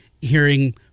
hearing